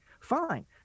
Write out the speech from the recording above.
Fine